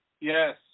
Yes